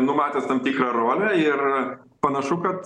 numatęs tam tikrą rolę ir panašu kad